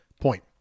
point